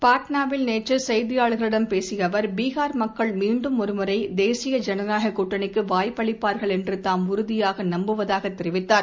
பாட்னாவில் நேற்று செய்தியாளர்களிடம் பேசிய அவர் பீகார் மக்கள் மீண்டும் ஒருமுறை தேசிய ஜனநாயக கூட்டணிக்கு வாய்ப்பு அளிப்பார்கள் என்று தாம் உறுதியாக நம்புவதாக தெரிவித்தார்